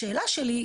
השאלה שלי היא,